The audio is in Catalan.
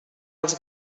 els